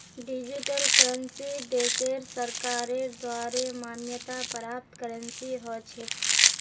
digital currency देशेर सरकारेर द्वारे मान्यता प्राप्त करेंसी ह छेक